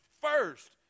first